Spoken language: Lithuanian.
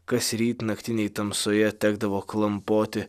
kasryt naktinėj tamsoje tekdavo klampoti